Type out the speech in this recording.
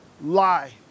lie